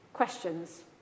questions